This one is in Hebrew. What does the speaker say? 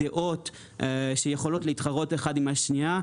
דעות שיכולות להתחרות זו בזו.